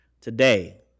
today